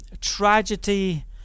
tragedy